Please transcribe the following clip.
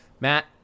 Matt